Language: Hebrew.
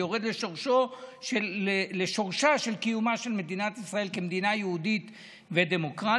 שיורדת לשורשה של קיומה של מדינת ישראל כמדינה יהודית ודמוקרטית.